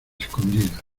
escondidas